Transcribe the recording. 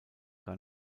gar